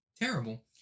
terrible